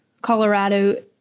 Colorado